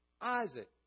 Isaac